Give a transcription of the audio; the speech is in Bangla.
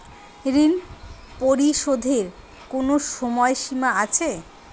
ঋণ পরিশোধের কোনো সময় সীমা আছে?